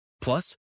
Plus